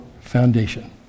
foundation